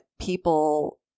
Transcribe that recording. people